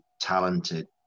talented